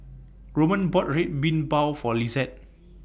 Roman bought Red Bean Bao For Lisette